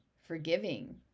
forgiving